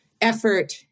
effort